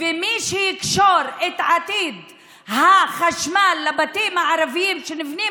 ומי שיקשור את עתיד החשמל לבתים הערביים שנבנים